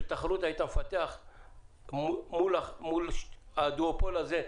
של תחרות היית מפתח מול הדואופול הזה?